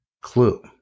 clue